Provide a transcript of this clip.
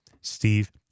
steve